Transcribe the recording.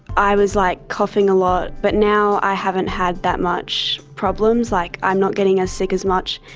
i was like coughing a lot but now i haven't had that much problems, like i'm not getting as sick as much,